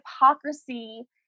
hypocrisy